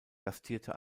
gastierte